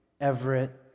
Everett